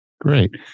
great